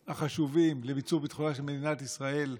החשובים, לביצור ביטחונה של מדינת ישראל.